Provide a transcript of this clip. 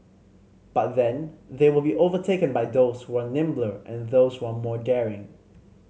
but then they will be overtaken by those who are nimbler and those who are more daring